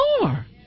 more